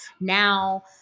now